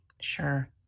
Sure